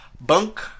bunk